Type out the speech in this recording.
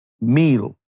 meal